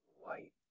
white